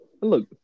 Look